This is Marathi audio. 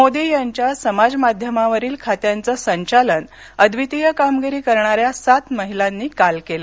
मोदी यांच्या समाज माध्यमावरील खात्यांचं संचालन अद्वितीय कामगिरी करणाऱ्या सात महिलांनी काल केलं